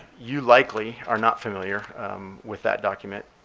you likely are not familiar with that document,